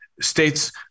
states